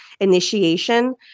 initiation